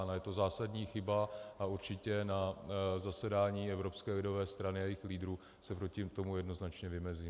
Je to zásadní chyba a určitě na zasedání Evropské lidové strany a jejích lídrů se proti tomu jednoznačně vymezím.